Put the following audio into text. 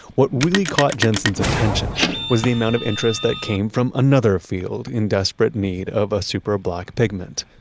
what really caught jensen's attention was the amount of interest that came from another field in desperate need of a super-black pigment.